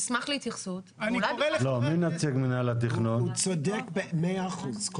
הוא צודק במאה אחוז.